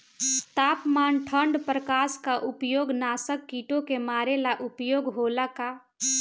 तापमान ठण्ड प्रकास का उपयोग नाशक कीटो के मारे ला उपयोग होला का?